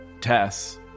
Tess